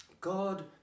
God